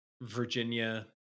Virginia